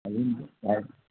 अजून काय